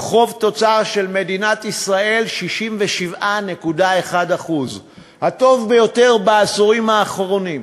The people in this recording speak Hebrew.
חוב תוצר של מדינת ישראל: 67.1%; הטוב ביותר בעשורים האחרונים.